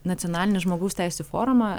nacionalinį žmogaus teisių forumą